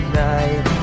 night